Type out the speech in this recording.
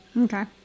Okay